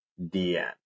DN